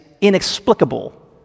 inexplicable